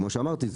כמו שאמרתי,